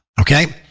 Okay